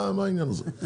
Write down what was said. מה העניין הזה?